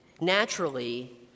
naturally